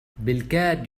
بالكاد